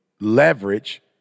leverage